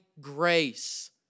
grace